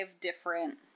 different